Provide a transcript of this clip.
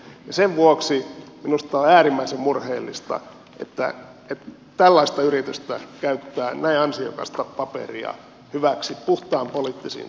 sen vuoksi minusta on äärimmäisen murheellista että tällaista yritystä käytetään näin ansiokasta paperia hyväksi puhtaan poliittisiin tarkoitusperiin